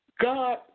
God